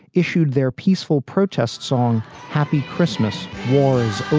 issued their peaceful protest song, happy christmas war is over